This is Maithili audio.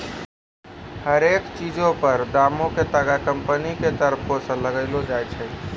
हरेक चीजो पर दामो के तागा कंपनी के तरफो से लगैलो जाय छै